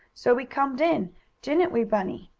so we comed in didn't we bunny?